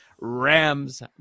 Rams